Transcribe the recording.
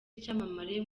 icyamamare